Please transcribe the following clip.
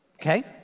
Okay